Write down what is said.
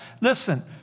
Listen